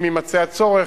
אם יימצא הצורך,